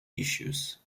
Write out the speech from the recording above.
issues